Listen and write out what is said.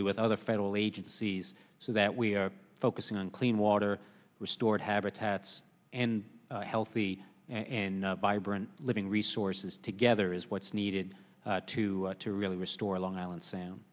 y with other federal agencies so that we are focusing on clean water restored habitats and healthy and vibrant living resources together is what's needed to to really restore long island sound